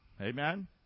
Amen